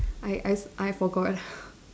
I I I forgot